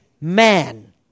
man